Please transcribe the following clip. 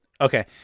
Okay